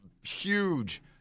huge